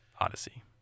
Odyssey